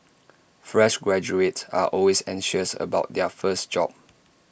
fresh graduates are always anxious about their first job